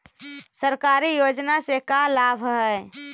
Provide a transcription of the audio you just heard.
सरकारी योजना से का लाभ है?